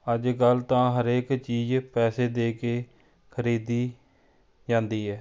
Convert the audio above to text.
ਅੱਜ ਕੱਲ੍ਹ ਤਾਂ ਹਰੇਕ ਚੀਜ਼ ਪੈਸੇ ਦੇ ਕੇ ਖਰੀਦੀ ਜਾਂਦੀ ਹੈ